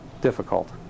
difficult